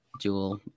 jewel